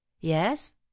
yes